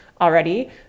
already